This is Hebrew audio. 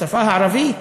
בשפה הערבית